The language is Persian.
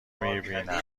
میبینم